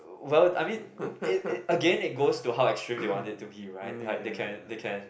well I mean it it again it goes to how extreme they want it to be right like they can they can